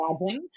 imagine